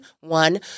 One